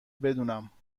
بدونم